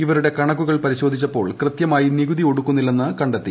ഇവരുടെ കണക്കുകൾ പരിശോധിച്ചപ്പോൾ കൃത്യമായി നികുതി ഒടുക്കുന്നില്ലെന്ന് കണ്ടെത്തി